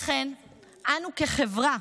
לכן אנו כחברה,